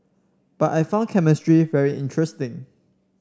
but I found chemistry very interesting